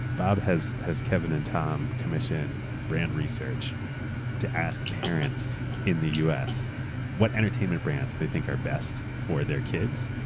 bob has has kevin and tom commission brand research to ask parents in the us what entertainment brands they think are best for their kids.